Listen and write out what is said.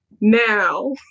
now